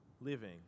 living